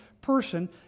person